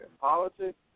politics